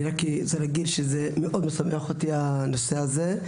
אני רק רוצה להגיד שזה מאוד משמח אותי הנושא הזה.